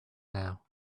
now